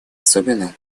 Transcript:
особенно